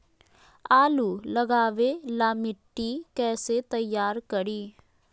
आलु लगावे ला मिट्टी कैसे तैयार करी?